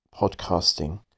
podcasting